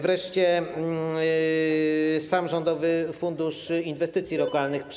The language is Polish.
Wreszcie sam Rządowy Fundusz Inwestycji Lokalnych